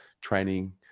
training